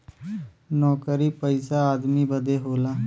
नउकरी पइसा आदमी बदे होला